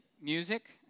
music